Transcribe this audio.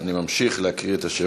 אני ממשיך להקריא את השמות: